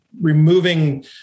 removing